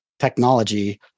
Technology